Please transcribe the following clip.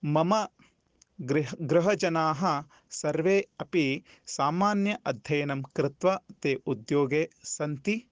मम गृह गृहजनाः सर्वे अपि सामान्य अध्ययनं कृत्वा ते उद्योगे सन्ति